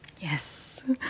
Yes